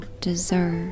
deserve